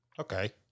Okay